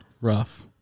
Rough